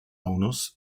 owners